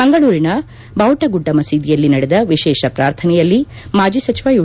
ಮಂಗಳೂರಿನ ಬಾವುಟಗುಡ್ಡ ಮಸೀದಿಯಲ್ಲಿ ನಡೆದ ವಿಶೇಷ ಪ್ರಾರ್ಥನೆಯಲ್ಲಿ ಮಾಜಿ ಸಚಿವ ಯು